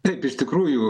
taip iš tikrųjų